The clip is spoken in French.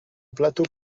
plateau